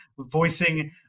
voicing